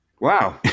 Wow